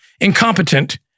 incompetent